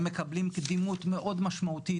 הם מקבלים קדימות מאוד משמעותית.